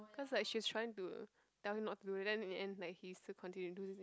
cause like she was trying to tell him not do it then in the end like he still continues to do it